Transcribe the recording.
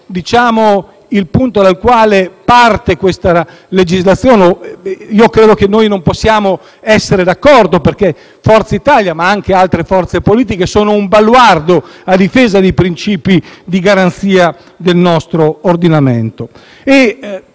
il punto dal quale parte questa legislazione, credo che noi non possiamo essere d'accordo, perché Forza Italia ma anche altre forze politiche sono un baluardo a difesa dei principi di garanzia del nostro ordinamento.